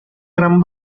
gran